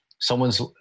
Someone's